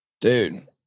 Dude